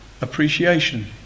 appreciation